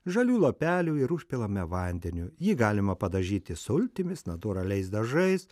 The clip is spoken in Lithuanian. žalių lapelių ir užpilame vandeniu jį galima padažyti sultimis natūraliais dažais